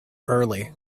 early